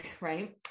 Right